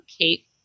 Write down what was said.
Kate